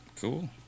Cool